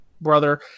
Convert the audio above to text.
brother